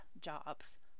jobs